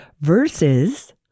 versus